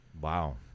Wow